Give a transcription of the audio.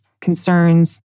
concerns